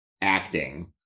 acting